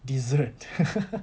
dessert